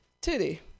titty